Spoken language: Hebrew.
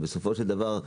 בסופו של דבר,